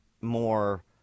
more